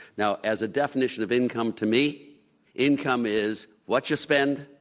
now, as a definition of income, to me income is what you spend,